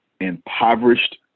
impoverished